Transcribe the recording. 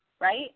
right